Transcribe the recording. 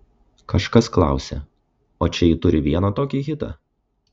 kažkas klausė o čia ji turi vieną tokį hitą